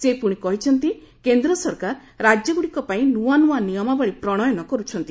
ସେ ପୁଣି କହିଛନ୍ତି କେନ୍ଦ୍ର ସରକାର ରାଜ୍ୟଗୁଡ଼ିକ ପାଇଁ ନୂଆ ନୂଆ ନିୟମାବଳୀ ପ୍ରଣୟନ କରୁଛନ୍ତି